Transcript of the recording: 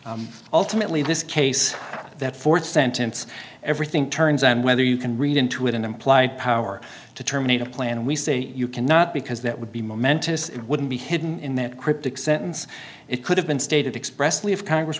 there ultimately this case that th sentence everything turns on whether you can read into it an implied power to terminate a plan and we say you cannot because that would be momentous it wouldn't be hidden in that cryptic sentence it could have been stated expressly if congress